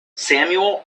samuel